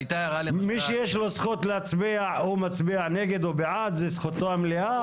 מי שיש לו זכות להצביע הוא מצביע נגד או בעד וזאת זכותו המלאה.